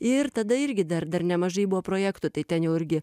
ir tada irgi dar dar nemažai buvo projektų tai ten jau irgi